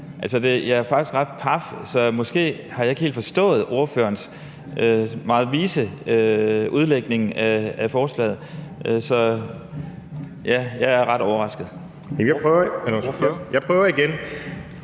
jeg faktisk er ret paf. Så måske har jeg ikke helt forstået ordførerens meget vise udlægning af forslaget – ja, jeg er ret overrasket. Kl.